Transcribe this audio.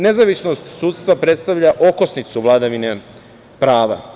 Nezavisnost sudstva predstavlja okosnicu vladavine prava.